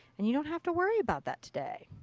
and you don't have to worry about that today.